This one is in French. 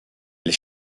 les